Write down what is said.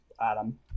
Adam